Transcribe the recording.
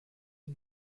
die